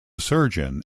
surgeon